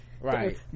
Right